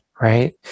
right